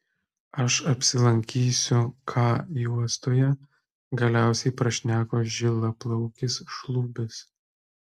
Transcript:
aš apsilankysiu k juostoje galiausia prašneko žilaplaukis šlubis